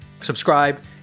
subscribe